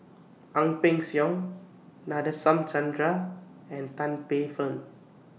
Ang Peng Siong Nadasen Chandra and Tan Paey Fern